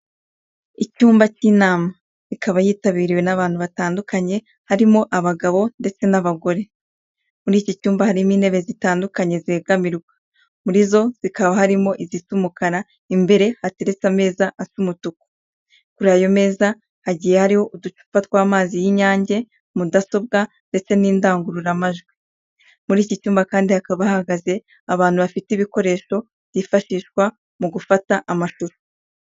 Icyumba cy'inama, ikaba yitabiriwe n'abantu batandukanye harimo abagabo ndetse n'abagore, muri iki cyumba harimo intebe zitandukanye zegamirwa, muri zo zikaba harimo izisa umukara imbere hateretse ameza asa umutuku, kuri ayo meza hagiye hariho uducupa tw'amazi y'inyange, mudasobwa ndetse n'indangururamajwi, muri iki cyumba kandi hakaba hahagaze abantu bafite ibikoresho byifashishwa mu gufata amashusho.